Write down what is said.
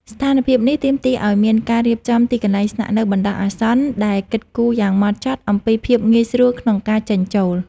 ស្ថានភាពនេះទាមទារឱ្យមានការរៀបចំទីកន្លែងស្នាក់នៅបណ្ដោះអាសន្ន ដែលគិតគូរយ៉ាងហ្មត់ចត់អំពី ភាពងាយស្រួលក្នុងការចេញចូល។